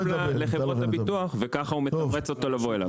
לחברות הביטוח וככה הוא מתמרץ אותו לבוא אליו.